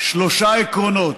שלושה עקרונות,